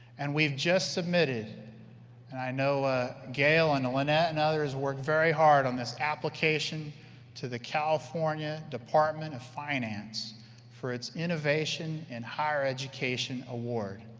and we've just submitted and i know that ah gail and lynnette and others worked very hard on this application to the california department of finance for its innovation in higher education award.